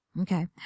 Okay